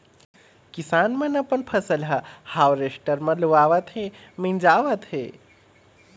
किसान मन अपन फसल ह हावरेस्टर म लुवावत हे, मिंजावत हे